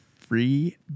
free